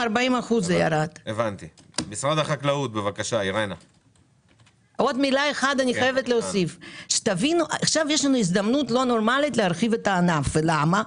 40%. עכשיו יש לנו הזדמנות לא נורמלית להרחיב את הענף למה?